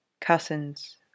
cousins